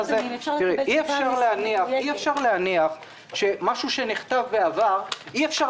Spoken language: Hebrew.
אי אפשר להניח שדבר שנכתב בעבר אי אפשר